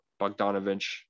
Bogdanovich